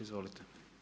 Izvolite.